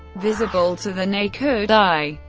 visible to the naked eye.